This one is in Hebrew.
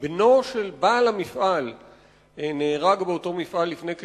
גם בנו של בעל המפעל נהרג באותו מפעל לפני כשנתיים.